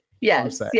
Yes